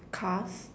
cars